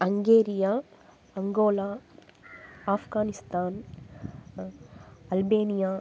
Hungary Angola Afghanistan Albania